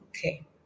okay